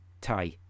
Tie